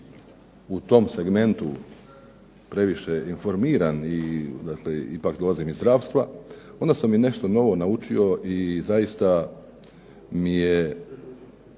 u tom segmentu previše informiran, dakle ipak dolazim iz zdravstva onda sam i nešto novo naučio. I zaista da